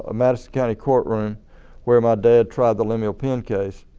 ah madison county courtroom where my dad tried the lemuel penn case.